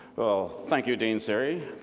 well thank you, dean szeri.